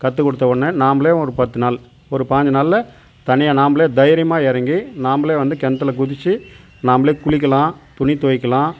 கற்றுக் கொடுத்தவொன்னே நாம்மளே ஒரு பத்து நாள் ஒரு பாஞ்சு நாளில் தனியாக நாம்மளே தைரியமாக இறங்கி நாம்மளே வந்து கிணத்துல குதித்து நாம்மளே குளிக்கலாம் துணி துவைக்கலாம்